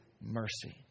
mercy